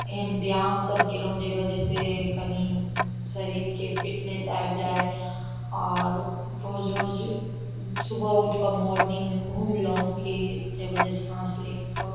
एहन ब्यायाम सब केलहुॅं जे बजह से कनी शरीरके फिटनेस आबि जाय आओर रोज रोज सुबह उठिके मोर्निंगमे घूमलहुॅं की जै बजह से साँस लैमे प्रॉब्लम